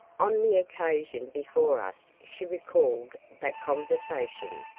on the occasion before us she recalled that conversation,